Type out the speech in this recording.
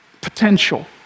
Potential